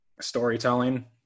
storytelling